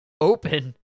open